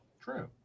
true